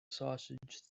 sausage